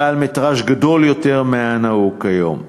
בעל מטרז' גדול יותר מהנהוג כיום.